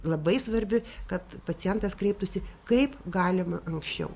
labai svarbi kad pacientas kreiptųsi kaip galima anksčiau